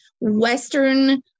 Western